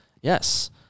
Yes